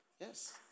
Yes